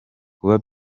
kuba